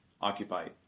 occupied